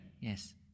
Yes